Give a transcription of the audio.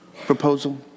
proposal